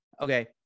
okay